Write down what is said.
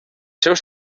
seus